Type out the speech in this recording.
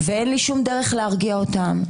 ואין לי שום דרך להרגיע אותם,